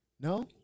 No